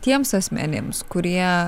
tiems asmenims kurie